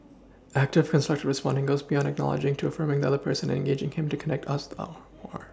active constructive responding goes beyond acknowledging to affirming the other person and engaging him to connect us out more